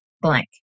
blank